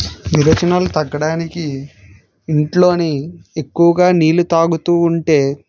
విరేచనాలు తగ్గడానికి ఇంట్లోనే ఎక్కువగా నీళ్లు తాగుతూ ఉంటే